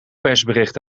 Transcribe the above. persbericht